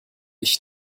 ich